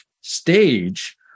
stage